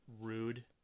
rude